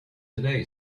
today